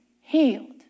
healed